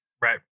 Right